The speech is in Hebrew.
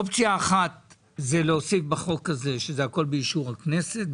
אופציה אחת זה להוסיף בחוק הזה שזה הכול באישור הכנסת,